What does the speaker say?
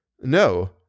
No